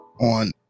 on